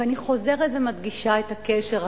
ואני חוזרת ומדגישה את הקשר הזה,